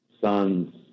sons